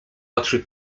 oczy